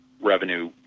revenue